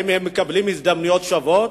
אם הם מקבלים הזדמנויות שוות,